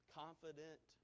confident